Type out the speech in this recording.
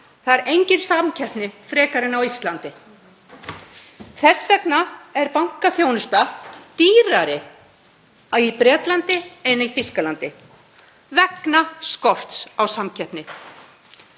Þar er engin samkeppni frekar en á Íslandi. Þess vegna er bankaþjónusta dýrari í Bretlandi en í Þýskalandi, vegna skorts á samkeppni.